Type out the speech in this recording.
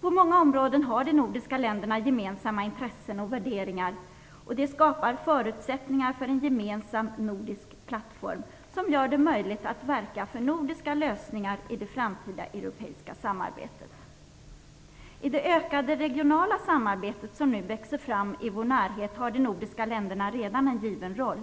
På många områden har de nordiska länderna gemensamma intressen och värderingar, och det skapar förutsättningar för en gemensam nordisk plattform, som gör det möjligt att verka för nordiska lösningar i det framtida europeiska samarbetet. I det ökade regionala samarbete som nu växer fram i vår närhet har de nordiska länderna redan en given roll.